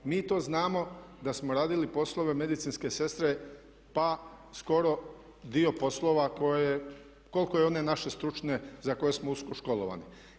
Mi to znamo da smo radili poslove medicinske sestre pa skoro dio poslova koje koliko i one naše stručne za koje smo usko školovani.